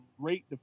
great